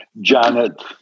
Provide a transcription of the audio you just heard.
Janet